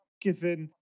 given